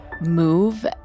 move